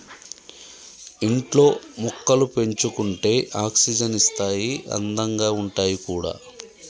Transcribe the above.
ఇంట్లో మొక్కలు పెంచుకుంటే ఆక్సిజన్ ఇస్తాయి అందంగా ఉంటాయి కూడా